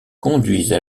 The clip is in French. conduisent